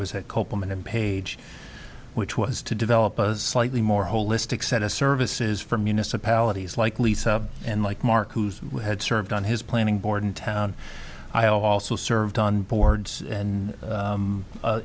was at kopelman and page which was to develop a slightly more holistic set of services for municipalities like lisa and like mark who's had served on his planning board in town i also served on boards and